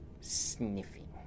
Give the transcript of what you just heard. sniffing